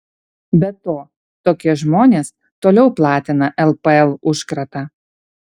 be to tokie žmonės toliau platina lpl užkratą